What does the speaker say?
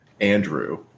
Andrew